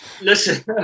listen